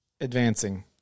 advancing